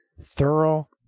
thorough